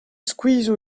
skuizh